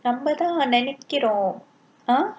நம்மதா அத நினைக்கிறோம்:nammathaa atha ninaikkirom uh